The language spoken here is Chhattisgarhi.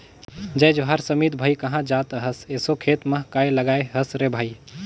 जय जोहार समीत भाई, काँहा जात अहस एसो खेत म काय लगाय हस रे भई?